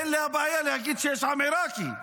אין להם בעיה להגיד שיש עם עיראקי,